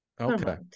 Okay